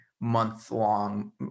month-long